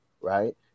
right